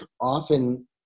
often